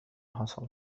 حصل